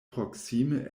proksime